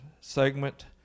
segment